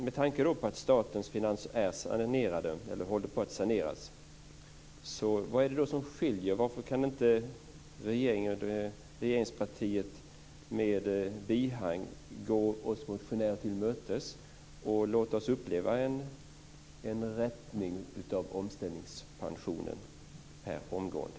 Med tanke på att statens finanser håller på att saneras undrar jag varför inte regeringspartiet med bihang kan gå oss motionärer till mötes och låta oss uppleva en rättning av omställningspensionen omgående.